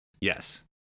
yes